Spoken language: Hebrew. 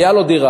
הייתה לו דירה,